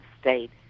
state